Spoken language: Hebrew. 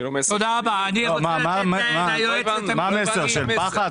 מה המסר, של פחד?